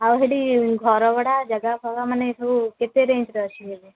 ଆଉ ସେଠି ଘର ଭଡ଼ା ଜାଗା ଫାଗା ମାନେ ସବୁ କେତେ ରେଞ୍ଜ୍ରେ ଅଛି ସବୁ